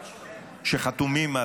שחתומים,